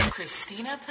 Christina